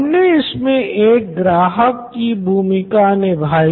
हमने इसमे एक ग्राहक की भूमिका निभाई